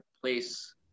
place